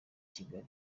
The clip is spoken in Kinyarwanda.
kigali